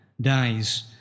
Dies